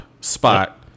spot